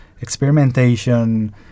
experimentation